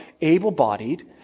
able-bodied